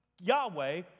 Yahweh